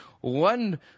one